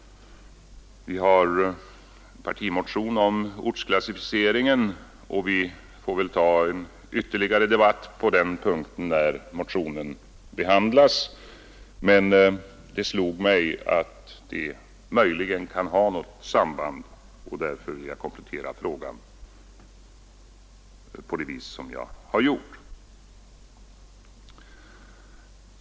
Vi har en partimotion om ortsklassificeringen, och vi får väl ta en ytterligare debatt på den punkten när motionen behandlas. Men det slog mig att de här sakerna möjligen kan ha ett samband, och därför ville jag komplettera frågan på det vis som jag har gjort.